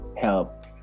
help